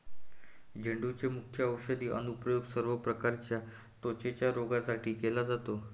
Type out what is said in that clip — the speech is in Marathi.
झेंडूचे मुख्य औषधी अनुप्रयोग सर्व प्रकारच्या त्वचेच्या रोगांसाठी केला जातो